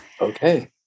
Okay